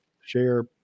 share